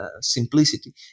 Simplicity